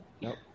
Nope